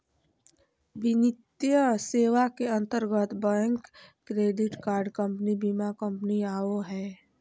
वित्तीय सेवा के अंतर्गत बैंक, क्रेडिट कार्ड कम्पनी, बीमा कम्पनी आवो हय